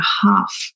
half